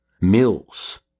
mills